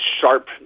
sharp